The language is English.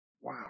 Wow